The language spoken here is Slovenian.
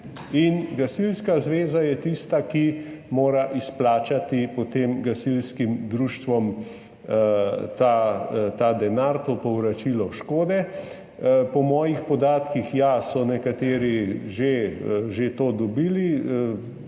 in Gasilska zveza je tista, ki mora potem izplačati gasilskim društvom ta denar, to povračilo škode. Po mojih podatkih so nekateri to že dobili.